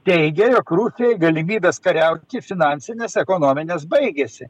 teigia jog rusijoj galimybės kariauti finansinės ekonominės baigėsi